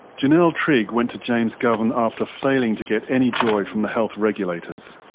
janelle trigg went to james govan after failing to get any joy from the health regulators.